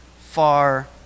far